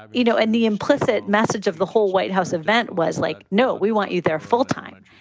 ah you know, and the implicit message of the whole white house event was like, no, we want you there full time.